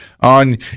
on